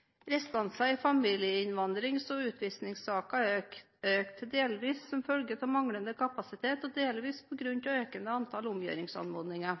restanser i asylsaker gikk ned fra 2010 til 2011. Samtidig er det fortsatt et betydelig forbedringspotensial. I UNE er det slik at restansene i familieinnvandrings- og utvisningssakene har økt, delvis som følge av manglende kapasitet, og delvis på grunn av økende antall omgjøringsanmodninger.